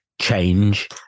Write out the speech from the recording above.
change